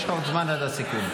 יש לך עוד זמן עד הסיכום.